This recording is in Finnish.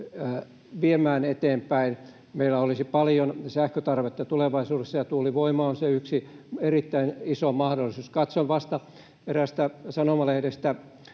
viemään eteenpäin. Meillä olisi paljon sähkön tarvetta tulevaisuudessa ja tuulivoima on se yksi erittäin iso mahdollisuus. Katsoin vasta eräästä sanomalehdestä